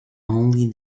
only